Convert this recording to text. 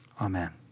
Amen